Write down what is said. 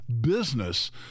business